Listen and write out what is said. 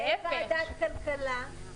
--- בוועדת כלכלה,